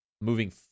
moving